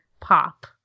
pop